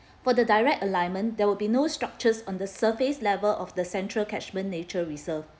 for the direct alignment there will be no structures on the surface level of the central catchment nature reserve